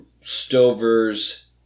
Stover's